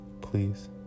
Please